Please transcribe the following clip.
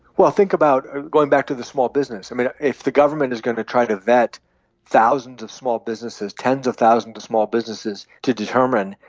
well, think about ah going back to the small business. i mean, if the government is going to try to vet thousands of small businesses tens of thousands of small businesses to determine,